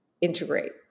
integrate